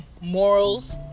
morals